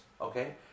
Okay